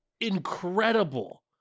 incredible